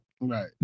right